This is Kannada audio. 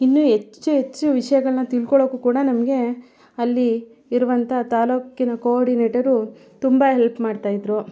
ಇನ್ನು ಹೆಚ್ಚು ಹೆಚ್ಚು ವಿಷಯಗಳ್ನ ತಿಳ್ಕೊಳ್ಳೋಕು ಕೂಡ ನಮಗೆ ಅಲ್ಲಿ ಇರುವಂಥ ತಾಲ್ಲೂಕಿನ ಕೋರ್ಡಿನೇಟರು ತುಂಬ ಹೆಲ್ಪ್ ಮಾಡ್ತಾಯಿದ್ರು